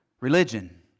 religion